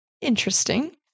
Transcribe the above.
interesting